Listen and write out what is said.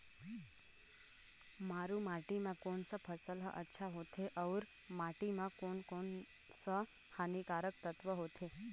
मारू माटी मां कोन सा फसल ह अच्छा होथे अउर माटी म कोन कोन स हानिकारक तत्व होथे?